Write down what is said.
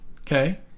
Okay